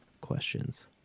questions